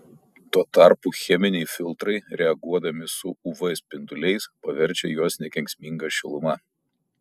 tuo tarpu cheminiai filtrai reaguodami su uv spinduliais paverčia juos nekenksminga šiluma